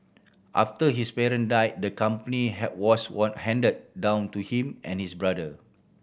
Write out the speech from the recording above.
after his parent died the company was one handed down to him and his brother